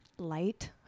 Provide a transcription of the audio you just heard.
light